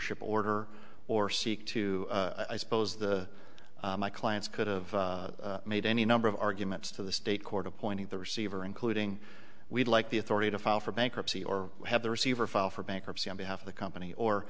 ship order or seek to i suppose the my clients could've made any number of arguments to the state court appointing the receiver including we'd like the authority to file for bankruptcy or have the receiver file for bankruptcy on behalf of the company or